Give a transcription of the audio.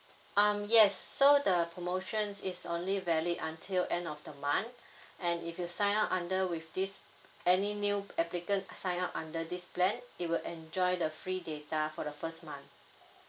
um yes so the promotions is only valid until end of the month and if you sign up under with this any new applicant sign up under this plan they will enjoy the free data for the first month